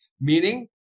Meaning